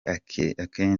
akenshi